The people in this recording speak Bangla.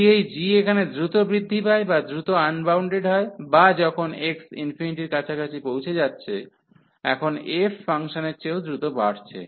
যদি এই g এখানে দ্রুত বৃদ্ধি পায় বা দ্রুত আনবাউন্ডেড হয় বা যখন x এর কাছাকাছি পৌঁছে যাচ্ছে এখন f ফাংশনের চেয়েও দ্রুত বাড়ছে